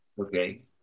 Okay